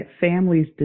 families